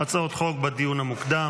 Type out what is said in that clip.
הצעות חוק בדיון המוקדם.